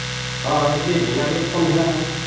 ᱦᱳᱭ ᱤᱫᱤ ᱵᱤᱱ ᱟᱹᱰᱤ ᱨᱚᱠᱚᱢ ᱦᱮᱱᱟᱜᱼᱟ